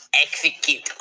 Execute